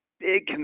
big